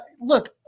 look